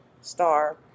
star